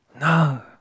No